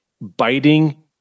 biting